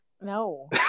No